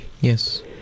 Yes